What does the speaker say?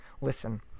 listen